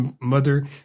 mother